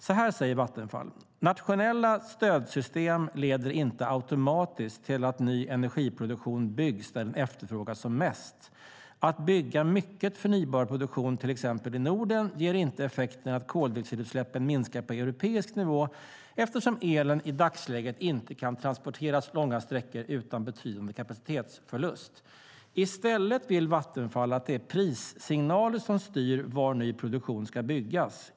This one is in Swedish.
Så här säger Vattenfall: "Nationella stödsystem leder inte automatiskt till att ny energiproduktion byggs där den efterfrågas som mest. Att bygga mycket förnybar produktion i till exempel Norden ger inte effekten att koldioxidutsläppen minskar på europeisk nivå, eftersom elen i dagsläget inte kan transporteras långa sträckor utan betydande kapacitetsförlust. Istället vill Vattenfall att det är prissignaler som styr var ny produktion ska byggas.